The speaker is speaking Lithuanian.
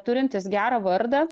turintys gerą vardą